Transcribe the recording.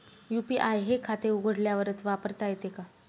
UPI हे खाते उघडल्यावरच वापरता येते का?